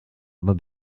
aber